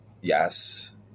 yes